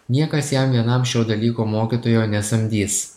niekas jam vienam šio dalyko mokytojo nesamdys